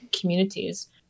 communities